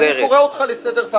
אני קורא אותך לסדר פעם ראשונה.